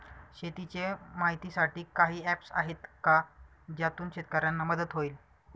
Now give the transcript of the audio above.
शेतीचे माहितीसाठी काही ऍप्स आहेत का ज्यातून शेतकऱ्यांना मदत होईल?